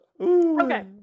Okay